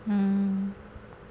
mm